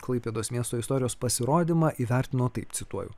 klaipėdos miesto istorijos pasirodymą įvertino taip cituoju